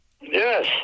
yes